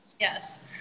Yes